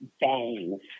bangs